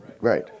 Right